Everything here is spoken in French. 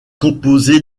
composé